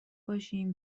باشیم